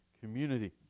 community